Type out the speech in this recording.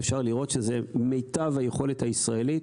ואפשר לראות שזה מיטב היכולת הישראלית